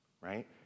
right